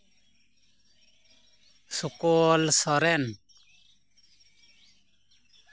Sukol Soren